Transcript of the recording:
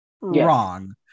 wrong